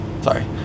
Sorry